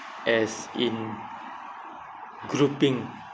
as in grouping